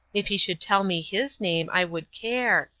if he should tell me his name, i would care.